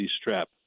Strap